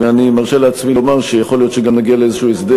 ואני מרשה לעצמי לומר שיכול להיות שגם נגיע לאיזשהו הסדר